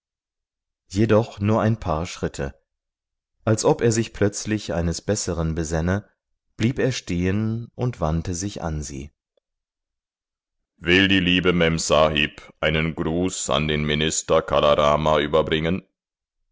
jedoch nur ein paar schritte als ob er sich plötzlich eines besseren besänne blieb er stehen und wandte sich an sie will die liebe memsahib einen gruß an den minister kala rama überbringen